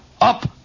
Up